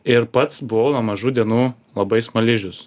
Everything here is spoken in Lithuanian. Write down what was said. ir pats buvau nuo mažų dienų labai smaližius